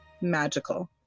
magical